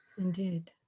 indeed